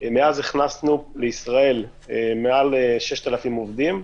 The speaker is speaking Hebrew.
הכנסנו לישראל מעל 6,000 עובדים,